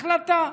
החלטה.